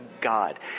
God